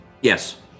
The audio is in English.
Yes